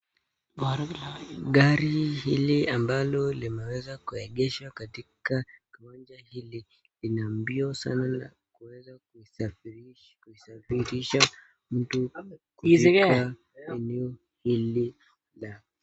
Gari hili ambalo limeweza kuegeshwa katika uwanja hili ina mbio sana na inasafirisha mtu katika eneo hili la.